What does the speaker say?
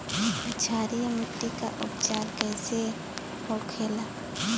क्षारीय मिट्टी का उपचार कैसे होखे ला?